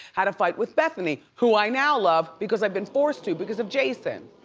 had a fight with bethenny who i now love because i've been forced to because of jason.